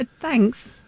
Thanks